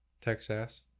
Texas